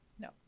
no